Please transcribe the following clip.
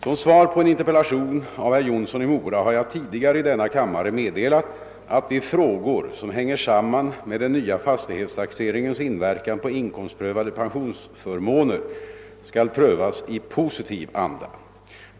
Som svar på en interpellation av herr Jonsson i Mora har jag tidigare i denna kammare meddelat, att de frågor som hänger samman med den nya fastighetstaxeringens inverkan på inkomstprövade pensionsförmåner skall prövas i positiv anda.